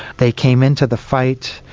they came into the fight,